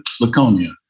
Laconia